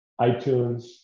iTunes